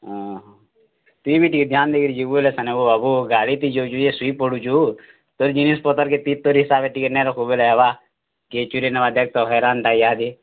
ତୁଇ ବି ଟିକେ ଧ୍ୟାନ୍ ଦେଇକରିଯିବୁ ବୋଲେ ହବ ଗାଡ଼ିଥି ଶୁଇପଡ଼ୁଛୁ ତୋର୍ ଜିନିଷ୍ ପତର୍କେ ଠିକ୍ ତୋର୍ ହିସାବେ ନାଇଁ ରଖ୍ବୁ ବୋଇଲେ ହେବା କିଏ ଚୋରିନବା ଦେଖ୍ ତ ହଇରାଣ୍ଟା ଇହାଦେ